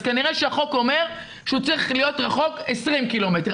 אז כנראה שהחוק אומר שהוא צריך להיות רחוק 20 קילומטר,